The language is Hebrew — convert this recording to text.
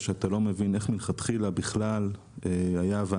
שאתה לא מבין איך מלכתחילה בכלל היה הווא